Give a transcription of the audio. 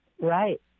Right